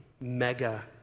mega